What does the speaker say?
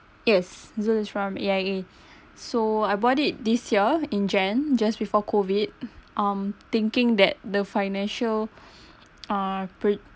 yes zul is from A_I_A so I bought it this year in jan just before COVID um thinking that the financial uh